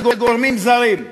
לגורמים זרים.